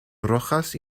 rojas